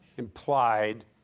Implied